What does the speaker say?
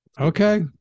Okay